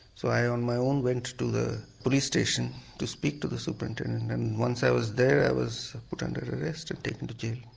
so i on my own went to the police station to speak to the superintendent and once i was there i was put under arrest and taken to jail.